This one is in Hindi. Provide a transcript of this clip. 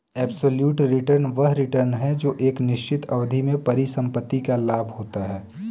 एब्सोल्यूट रिटर्न वह रिटर्न है जो एक निश्चित अवधि में परिसंपत्ति का लाभ होता है